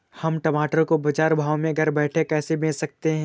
हम टमाटर को बाजार भाव में घर बैठे कैसे बेच सकते हैं?